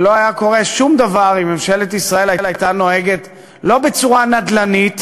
ולא היה קורה שום דבר אם ממשלת ישראל הייתה נוהגת לא בצורה נדל"נית,